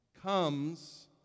comes